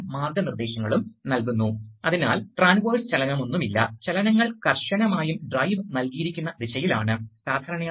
നിങ്ങൾക്ക് ഒരു സമന്വയ ഉദ്ദേശ്യമുണ്ട് നിങ്ങൾ ഒരു ആക്ചൂവേറ്റർ ബന്ധിപ്പിക്കാൻ ആഗ്രഹിക്കുന്നു